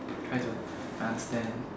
try to understand